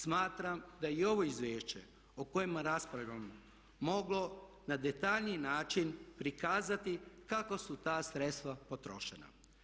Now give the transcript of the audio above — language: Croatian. Smatram da i ovo izvješće o kojima raspravljamo moglo na detaljniji način prikazati kako su ta sredstva potrošena.